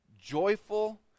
joyful